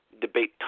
debate